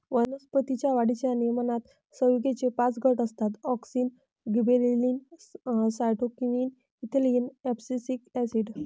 वनस्पतीं च्या वाढीच्या नियमनात संयुगेचे पाच गट असतातः auxin, gibberellin, cytokinin, ethylene, abscisic acid